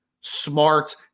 smart